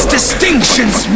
Distinctions